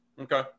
Okay